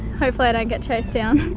hopefully, i don't get chased down.